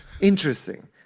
Interesting